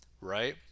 right